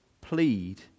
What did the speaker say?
plead